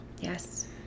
Yes